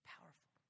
Powerful